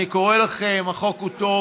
אני קורא לכם: החוק הוא טוב,